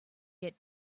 get